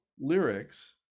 lyrics